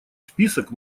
список